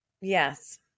Yes